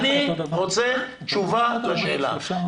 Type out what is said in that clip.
אני רוצה תשובה לשאלה הזאת.